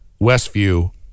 Westview